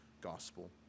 gospel